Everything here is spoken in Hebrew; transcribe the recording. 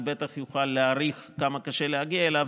בטח יוכל להעריך כמה קשה להגיע אליו.